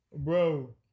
Bro